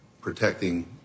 protecting